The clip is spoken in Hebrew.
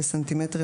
בסנטימטרים,